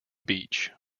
beach